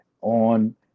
on